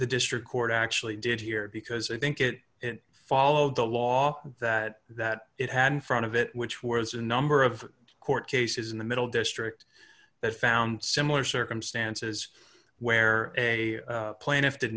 the district court actually did here because i think it followed the law that that it had in front of it which was a number of court cases in the middle district that found similar circumstances where a plaintiff did